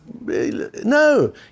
No